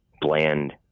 bland